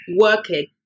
working